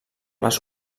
les